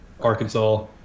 Arkansas